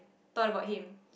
thought about him